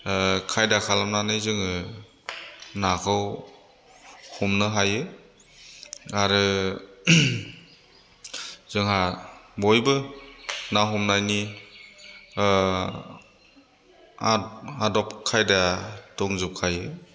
खायदा खालामनानै जोङो नाखौ हमनो हायो आरो जोंहा बयबो ना हमनायनि आदब खायदा दंजोबखायो